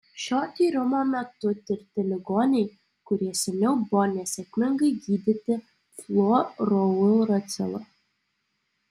šio tyrimo metu tirti ligoniai kurie seniau buvo nesėkmingai gydyti fluorouracilu